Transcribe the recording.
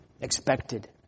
expected